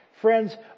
Friends